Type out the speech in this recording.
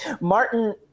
Martin